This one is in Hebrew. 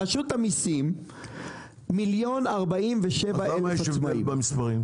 למה יש הבדל במספרים?